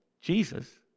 Jesus